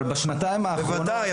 בוודאי.